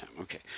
okay